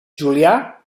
julià